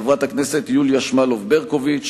וחברת הכנסת יוליה שמאלוב-ברקוביץ,